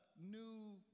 new